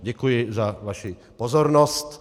Děkuji za vaši pozornost.